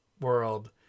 world